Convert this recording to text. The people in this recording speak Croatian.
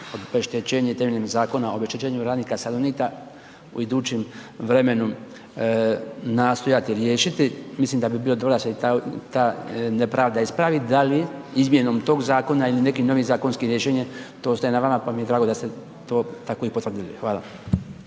obeštećenje temeljem Zakona o obeštećenju radnika Salonita u idućim vremenu nastojati riješiti, mislim da bi bilo dobro da se i ta nepravda ispravi da li izmjenom tog zakona ili nekim novim zakonskim rješenjem, to ostaje na vama, pa mi je drago da ste to tako i potvrdili. Hvala.